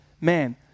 man